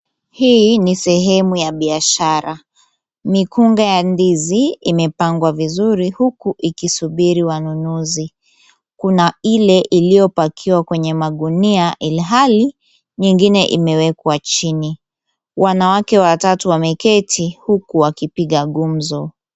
Hii ni sehemu ya biashara. Mikungu ya ndizi imepangwa vizuri huku ikisubiri wanunuzi. Kuna ile iliyopackiwa kwenye magunia ilhali nyingine imewekwa chini. Wanawake watatu wameketi huku wakipiga gumzo.